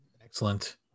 Excellent